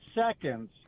seconds